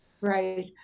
Right